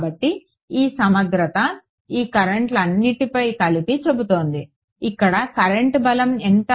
కాబట్టి ఈ సమగ్రత ఈ కరెంట్లన్నింటిపై కలిపి చెబుతోంది ఇక్కడ కరెంట్ బలం ఎంత